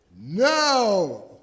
no